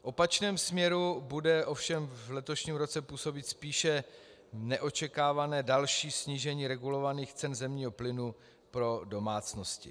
V opačném směru bude ovšem v letošním roce působit spíše neočekávané další snížení regulovaných cen zemního plynu pro domácnosti.